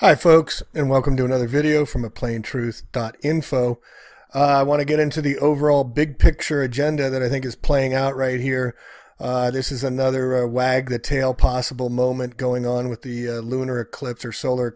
them i folks and welcome to another video from the plain truth dot info i want to get into the overall big picture agenda that i think is playing out right here this is another wag the tail possible moment going on with the lunar eclipse or solar